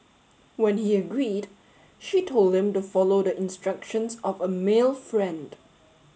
when he agreed she told him to follow the instructions of a male friend